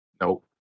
Nope